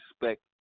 respect